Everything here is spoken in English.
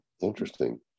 interesting